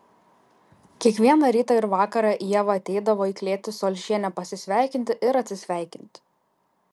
kiekvieną rytą ir vakarą ieva ateidavo į klėtį su alšiene pasisveikinti ir atsisveikinti